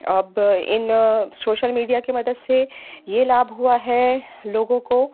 अब इन social media की मदद से यह लाभ हुआ है लोगों को